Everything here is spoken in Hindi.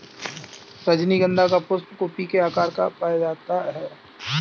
रजनीगंधा का पुष्प कुपी के आकार का पाया जाता है